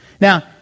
Now